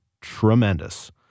tremendous